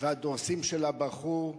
והדברים האלה לא באים בעלמא,